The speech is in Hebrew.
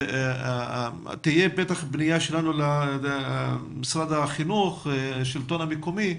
תהיה בוודאי פנייה שלנו אל משרד החינוך ואל השלטון המקומי,